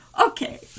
Okay